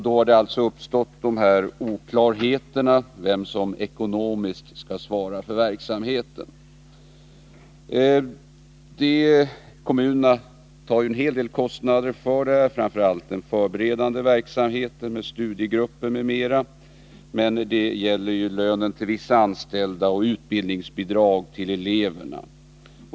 Det är anledningen till att oklarheten om vem som ekonomiskt skall svara för verksamheten uppstått. Kommunerna har en hel del kostnader för verksamheten, framför allt för den förberedande delen med studiegrupper, m.m. Men det gäller också 19 lönen till vissa anställda och utbildningsbidrag till eleverna.